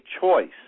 choice